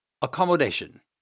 Accommodation